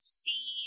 see